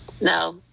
No